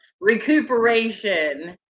recuperation